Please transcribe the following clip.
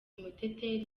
muteteri